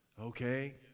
okay